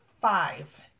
five